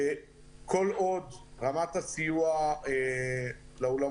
כל עוד רמת הסיוע לאולמות